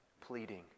Pleading